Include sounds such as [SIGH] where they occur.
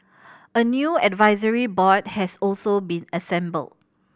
[NOISE] a new advisory board has also been assembled